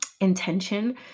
intention